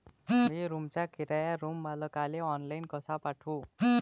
मी रूमचा किराया रूम मालकाले ऑनलाईन कसा पाठवू?